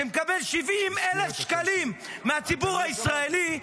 שמקבל 70,000 שקלים מהציבור הישראלי,